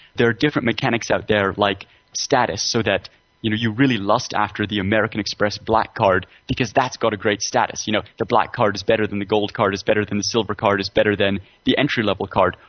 there are different mechanics out there like status, so that you know you really lust after the american express black card, because that's got a great status, you know, the black card is better than the gold card is better than silver card is better than the entry-level card.